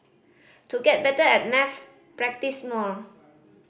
to get better at maths practise more